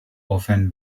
often